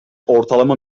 ortalama